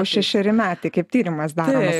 šešeri metai kaip tyrimas daromas